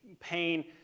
pain